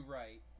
right